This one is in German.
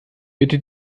bitte